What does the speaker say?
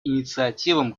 инициативам